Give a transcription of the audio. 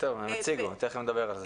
טוב, הם יציגו, תיכף נדבר על זה.